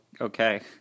okay